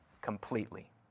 Completely